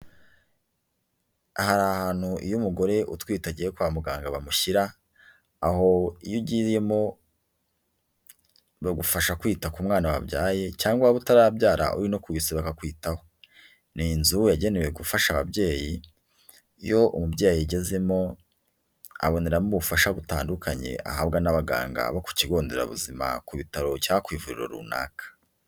Aha hari ahantu iyo umugore utwite agiye kwa muganga bamushyira, aho iyo ugiriyemo bagufasha kwita ku mwana wabyaye cyangwa utarabyara uri no kubise bakakwitaho, ni inzu yagenewe gufasha ababyeyi, iyo umubyeyi ayigezemo, aboneramo ubufasha butandukanye ahabwa n'abaganga bo ku kigo nderabuzima ku bitaro cyangwa ku ivuriro runaka.